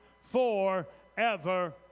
forever